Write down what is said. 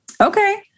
okay